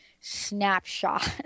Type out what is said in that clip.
snapshot